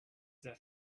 the